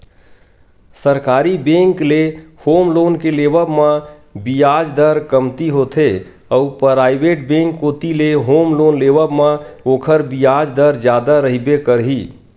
सरकारी बेंक ले home loan के लेवब म बियाज दर कमती होथे अउ पराइवेट बेंक कोती ले होम लोन लेवब म ओखर बियाज दर जादा रहिबे करही